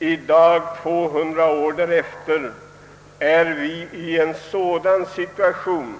I dag tvåhundra år därefter är vi i den situationen,